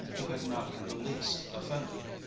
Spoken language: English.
who had not in the least offended.